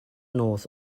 north